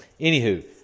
Anywho